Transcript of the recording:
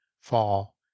fall